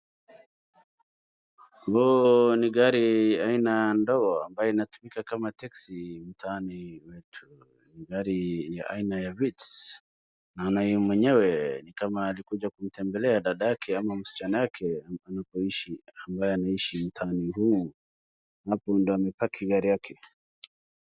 Huu ni gari aina ndogo ambaye inatumika kama taxi mtaani kwetu, ni gari aina ya Vitz, anaye mwenyewe ni kama alikuja kutembelea dadake ama msichana yake anapoishi, amabaye anaishi mtaani huu, hapo ndio ame pack gari yake.